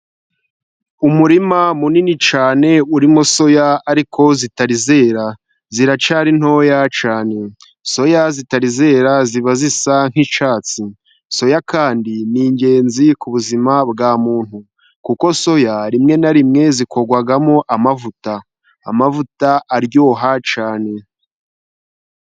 Umurima munini cyane urimo soya ariko zitari zera, ziracyari ntoya cyane. Soya zitari zera ziba zisa nk'icyatsi, soya kandi ni ingenzi ku buzima bwa muntu, kuko soya rimwe na rimwe zikorwamo amavuta, amavuta aryoha cyane.